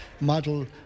model